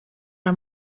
her